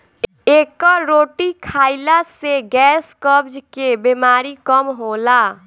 एकर रोटी खाईला से गैस, कब्ज के बेमारी कम होला